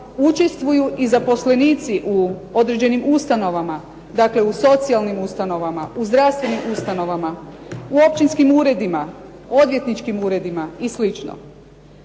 učestvuju i zaposlenici u određenim ustanovama, dakle u socijalnim ustanovama, u zdravstvenim ustanovama, u općinskim uredima, odvjetničkim uredima i